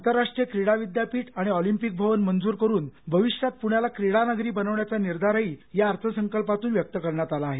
आंतरराष्ट्रीय क्रीडा विद्यापीठ आणि अॅलिम्पिक भवन मंजूर करून भविष्यात पृण्याला क्रीडानगरी बनवण्याचा निर्धारही या अर्थसंकल्पातून व्यक्त करण्यात आला आहे